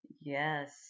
Yes